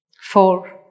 Four